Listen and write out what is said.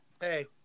Hey